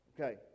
Okay